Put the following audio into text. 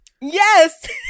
Yes